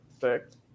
six